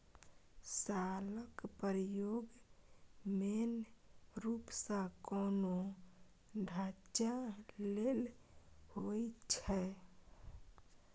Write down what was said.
शालक प्रयोग मेन रुप सँ कोनो ढांचा लेल होइ छै